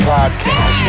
Podcast